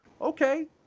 Okay